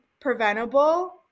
preventable